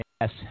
Yes